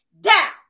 down